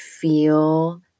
feel